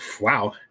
wow